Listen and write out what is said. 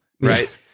right